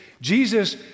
Jesus